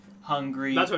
hungry